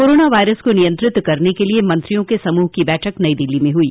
corona virus को नियंत्रित करने के लिए मंत्रियों के समूह की बैठक नई दिल्ली में हुई